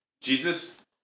Jesus